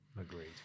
Agreed